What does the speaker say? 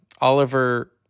Oliver